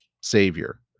Savior